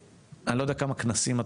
אני לא יודע כמה כנסים יש